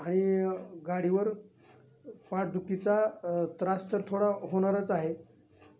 आणि गाडीवर पाठदुखीचा त्रास तर थोडा होणारच आहे